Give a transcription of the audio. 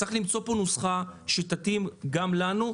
צריך למצוא פה נוסחה שתתאים גם לנו,